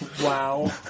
Wow